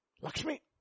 Lakshmi